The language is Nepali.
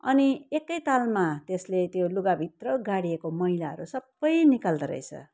अनि एकैतालमा त्यसले त्यो लुगाभित्र गाडिएको मैलाहरू सबै निकाल्दो रहेछ